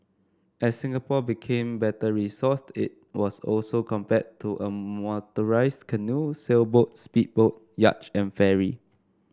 as Singapore became better resourced it was also compared to a motorised canoe sailboat speedboat yacht and ferry